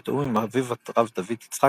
בתיאום עם אביו הרב דוד יצחק,